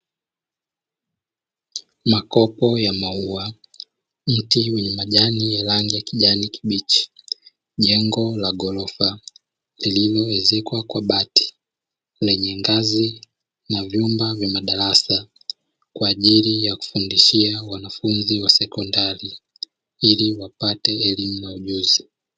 Makopo ya mauwa, mti wenye majani rangi ya kijani kibichi, jengo la gorofa lililoezekwa kwa bati, lenye ngazi na vyumba vya madarasa kwa ajili ya kufundishia wanafunzi wa sekondari, ili wapate elimu na ujuzi.